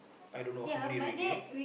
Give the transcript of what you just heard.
I don't know how many ringgit